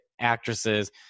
actresses